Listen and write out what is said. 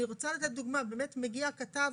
אני רוצה לתת דוגמה מגיע כתב,